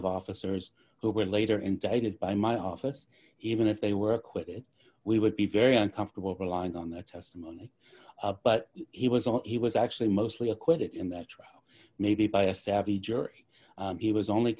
of officers who were later indicted by my office even if they were acquitted we would be very uncomfortable relying on that testimony but he was not he was actually mostly acquitted in that trial maybe by a savvy jury he was only